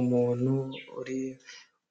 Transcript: Umuntu uri